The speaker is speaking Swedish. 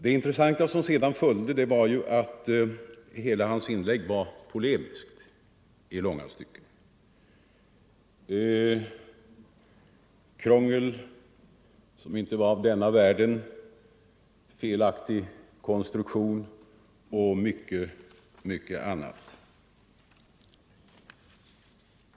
Det intressanta som sedan följde var emellertid att hela hans inlägg var polemiskt i långa stycken: det talades där om krångel som inte var av denna världen, felaktig konstruktion och mycket, mycket annat.